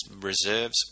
reserves